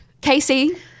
Casey